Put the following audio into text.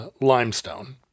limestone